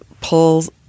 pulls